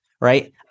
right